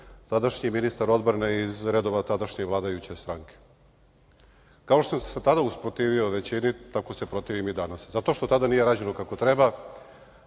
tadašnji ministar odbrane iz redova tadašnje vladajuće stranke. Kao što sam se tada usprotivio većini, tako se protivim i danas. Zato što tada nije rađeno kako treba